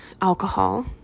alcohol